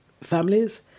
families